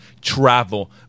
travel